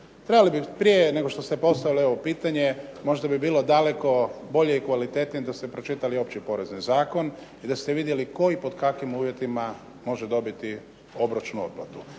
Trebali bi prije nego što ste postavili ovo pitanje, možda bi bilo daleko bolje i kvalitetnije da ste pročitali Opći porezni zakon i da ste vidjeli tko i pod kakvim uvjetima može dobiti obročnu otplatu.